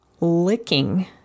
licking